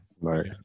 Right